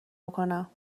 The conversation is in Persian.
بکنم